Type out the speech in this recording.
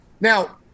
Now